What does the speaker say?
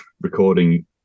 recording